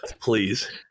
please